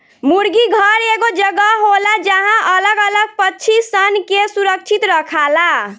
मुर्गी घर एगो जगह होला जहां अलग अलग पक्षी सन के सुरक्षित रखाला